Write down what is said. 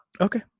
Okay